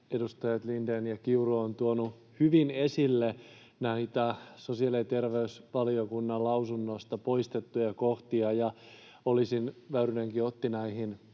edustajat Lindén ja Kiuru ovat tuoneet hyvin esille näitä sosiaali- ja terveysvaliokunnan lausunnosta poistettuja kohtia, ja Väyrynenkin otti kantaa